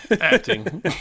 acting